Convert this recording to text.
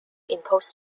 impose